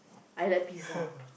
I like pizza